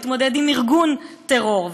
להתמודד עם ארגון טרור,